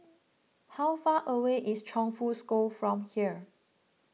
how far away is Chongfu School from here